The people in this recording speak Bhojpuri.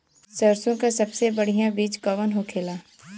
सरसों का सबसे बढ़ियां बीज कवन होखेला?